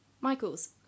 Michaels